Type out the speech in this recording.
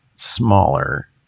smaller